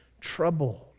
troubled